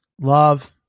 love